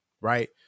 right